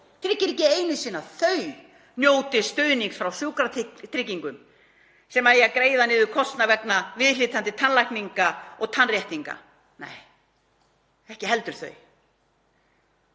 í vör eða klofinn góm njóti stuðnings frá sjúkratryggingum til að greiða niður kostnað vegna viðhlítandi tannlækninga og tannréttinga. Nei, ekki heldur þau.